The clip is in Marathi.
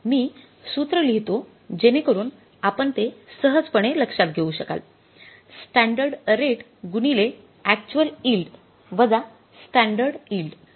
मी सूत्र लिहितो जेणेकरून आपण ते सहजपणे लक्षात घेऊ शकाल स्टॅंडर्ड रेट गुणिले अॅक्च्युअल यिल्ड वजा स्टॅंडर्ड यिल्ड